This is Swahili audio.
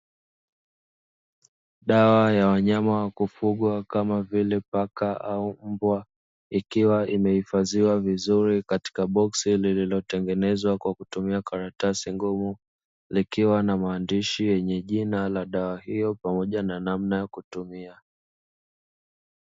Dawa ya wanyama wa kufugwa kama vile paka au mbwa ikiwa imehifashiwa vizuri katika boksi iliyotengenezwa kwa kutumia karatasi ngumu, ikiwa na maandishi yenye jina la dawa hiyo pamoja na namna ya kutumia.